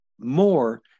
more